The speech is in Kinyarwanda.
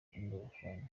ingorofani